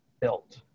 built